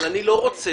אני לא רוצה,